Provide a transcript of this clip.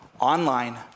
online